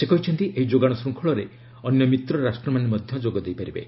ସେ କହିଛନ୍ତି ଏହି ଯୋଗାଣ ଶୃଙ୍ଖଳରେ ଅନ୍ୟ ମିତ୍ର ରାଷ୍ଟ୍ରମାନେ ମଧ୍ୟ ଯୋଗ ଦେଇ ପାରିବେ